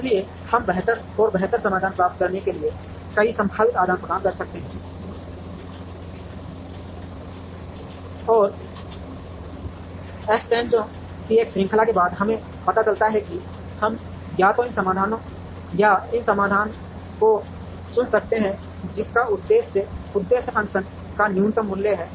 इसलिए हम बेहतर और बेहतर समाधान प्राप्त करने के लिए कई संभावित आदान प्रदान कर सकते हैं और एक्सचेंजों की एक श्रृंखला के बाद हमें पता चलता है कि हम या तो इस समाधान या इस समाधान को चुन सकते हैं जिसका उद्देश्य उद्देश्य फ़ंक्शन का न्यूनतम मूल्य है